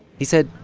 he said.